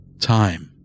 time